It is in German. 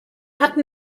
hatten